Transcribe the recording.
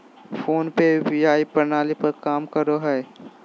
phone पे UPI प्रणाली पर काम करो हय